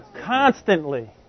Constantly